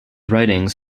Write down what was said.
writings